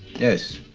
yes.